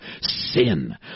sin